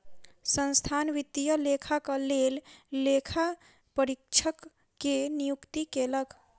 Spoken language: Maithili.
संस्थान वित्तीय लेखाक लेल लेखा परीक्षक के नियुक्ति कयलक